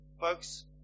Folks